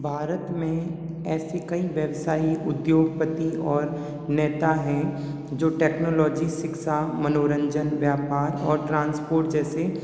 भारत मे ऐसे कई व्यवसायी उद्योगपति और नेता हैं जो टेक्नोलॉजी शिक्षा मनोरंजन व्यापार और ट्रांसपोर्ट जैसे